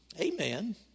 Amen